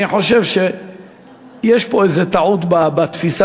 אני חושב שיש פה איזו טעות בתפיסה,